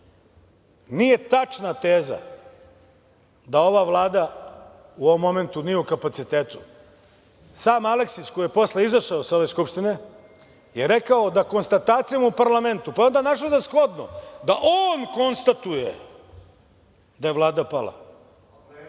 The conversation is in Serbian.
nije tačna teza da ova Vlada u ovom momentu nije u kapacitetu sam Aleksić koji je posle izašao sa ove Skupštine je rekao – da konstatacijom u parlamentu, pa je onda našao za shodno da on konstatuje da je Vlada pala.